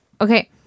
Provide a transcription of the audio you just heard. Okay